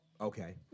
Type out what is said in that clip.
Okay